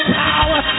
power